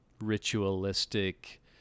ritualistic